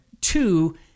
Two